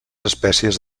espècies